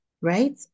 right